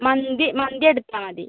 മന്തി മന്തി എടുത്താൽ മതി